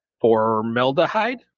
Formaldehyde